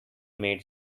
made